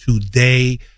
today